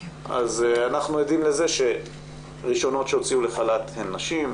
אז אנחנו עדים לזה שראשונות שהוציאו לחל"ת הן נשים,